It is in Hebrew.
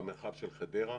במרחב של חדרה,